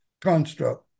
construct